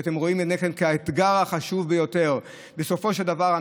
אתם רואים בעיניכם כי זה האתגר החשוב ביותר בסופו של דבר.